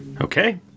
Okay